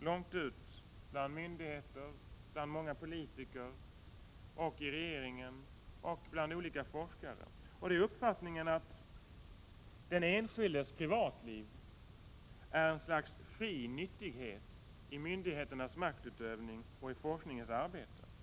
långt ut bland myndigheter, bland många politiker, i regeringen och bland olika forskare. Det är uppfattningen att den enskildes privatliv är ett slags fri nyttighet i myndigheternas maktutövning och i forskningsarbetet.